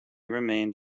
remained